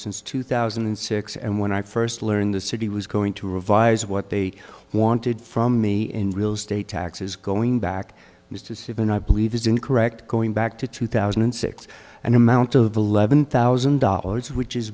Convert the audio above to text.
since two thousand and six and when i first learned the city was going to revise what they wanted from me in real estate taxes going back mr stephen i believe is incorrect going back to two thousand and six and amount of eleven thousand dollars which is